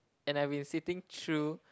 and I've been sitting through